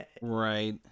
right